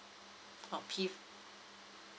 oh p